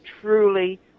truly